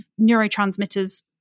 neurotransmitters